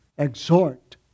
Exhort